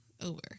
over